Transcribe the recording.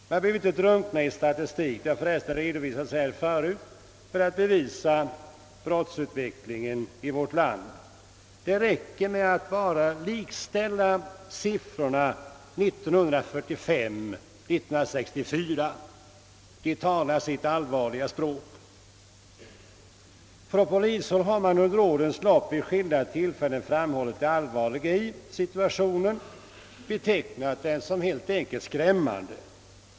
Man behöver inte drunkna i statistik för att bevisa den utveckling av brottsligheten i vårt land som tidigare redovisats här. Det räcker med att ställa motsvarande siffor för exempelvis åren 1945 och 1964 mot varandra. Dessa siffror talar sitt tydliga språk. Från polishåll har under årens lopp vid skilda tillfällen framhållits det allvarliga i situationen — den har betecknats som helt enkelt skrämmande.